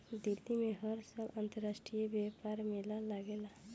दिल्ली में हर साल अंतरराष्ट्रीय व्यापार मेला लागेला